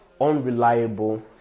unreliable